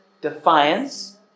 defiance